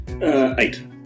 eight